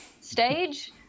stage